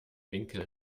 winkel